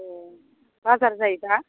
ए बाजार जायो दा